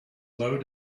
low